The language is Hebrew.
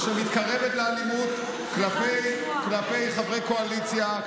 שמתקרבת לאלימות כלפי חברי קואליציה,